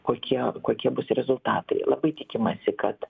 kokie kokie bus rezultatai labai tikimasi kad